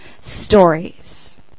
stories